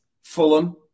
Fulham